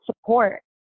support